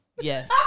yes